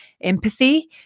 empathy